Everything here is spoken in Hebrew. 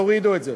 תורידו את זה.